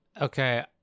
okay